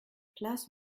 place